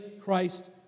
Christ